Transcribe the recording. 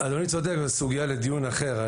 אדוני צודק אבל זו סוגיה לדיון אחר.